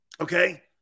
Okay